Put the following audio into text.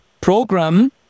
program